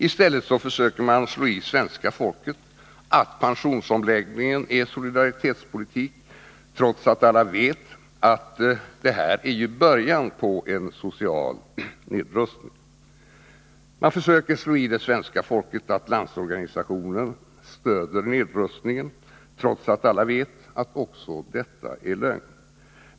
I stället försöker man slå i svenska folket att pensionsomläggningen är solidaritetspolitik, trots att alla vet att det här är början på en social nedrustning. Man försöker slå i svenska folket att Landsorganisationen stöder nedrustningen, trots att alla vet att också detta är lögn.